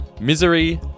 Misery